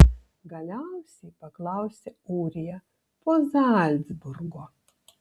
galiausiai paklausė ūrija po zalcburgo